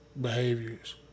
behaviors